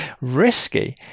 risky